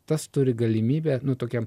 tas turi galimybę nu tokia